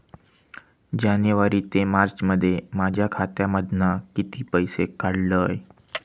जानेवारी ते मार्चमध्ये माझ्या खात्यामधना किती पैसे काढलय?